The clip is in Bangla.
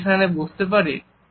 আমি এখানে বসতে পারি